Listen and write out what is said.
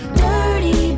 dirty